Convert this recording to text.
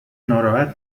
ناراحت